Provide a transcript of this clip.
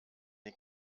die